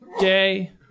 day